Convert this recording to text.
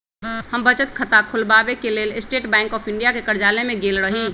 हम बचत खता ख़ोलबाबेके लेल स्टेट बैंक ऑफ इंडिया के कर्जालय में गेल रही